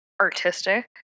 artistic